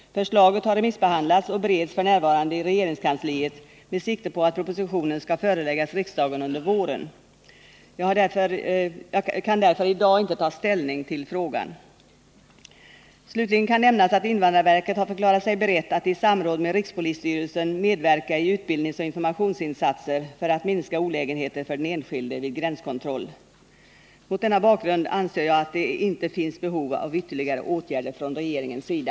Förslaget har remissbehandlats och bereds f. n. i regeringskansliet med sikte på att propositionen skall föreläggas riksdagen under våren. Jag kan därför i dag inte ta ställning till frågan. Slutligen kan nämnas att invandrarverket har förklarat sig berett att i samråd med rikspolisstyrelsen medverka i utbildningsoch informationsinsatser för att minska olägenheter för den enskilde vid gränskontroll. Mot denna bakgrund anser jag att det inte finns behov av ytterligare åtgärder från regeringens sida.